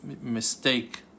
mistake